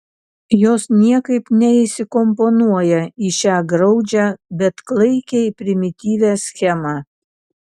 jos niekaip neįsikomponuoja į šią graudžią bet klaikiai primityvią schemą